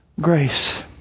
grace